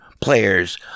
players